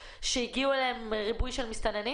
הסיור היה עם יאיר רביבו, ראש עיריית לוד.